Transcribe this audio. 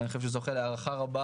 ואני חושב שהוא זוכה להערכה רבה